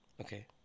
Okay